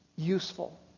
Useful